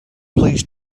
please